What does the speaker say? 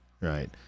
right